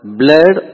blood